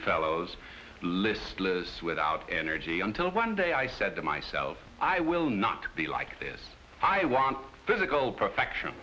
fellows listless without energy until one day i said to myself i will not be like this i want physical perfection